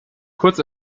kurz